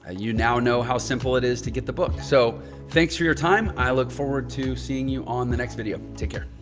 ah you now know how simple it is to get the book. so thanks for your time. i look forward to seeing you on the next video. take